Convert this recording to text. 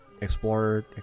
Explorer